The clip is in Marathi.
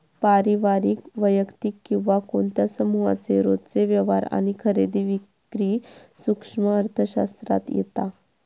पारिवारिक, वैयक्तिक किंवा कोणत्या समुहाचे रोजचे व्यवहार आणि खरेदी विक्री सूक्ष्म अर्थशास्त्रात येता